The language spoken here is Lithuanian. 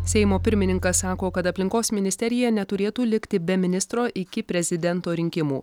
seimo pirmininkas sako kad aplinkos ministerija neturėtų likti be ministro iki prezidento rinkimų